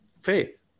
faith